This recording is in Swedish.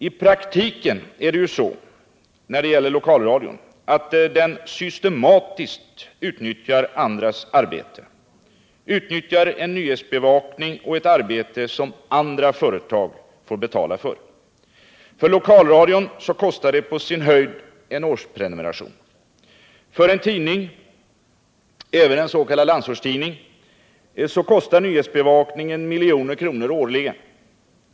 I praktiken utnyttjar lokalradion systematiskt andras arbeten. Man utnyttjar nyhetsbevakning och ett arbete som andra företag får betala för. För lokalradion kostar detta på sin höjd en årsprenumeration. För en tidning, även en s.k. landsortstidning, kostar nyhetsbevakningen miljoner kronor årligen.